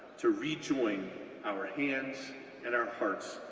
to rejoin our hands and our hearts,